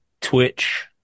Twitch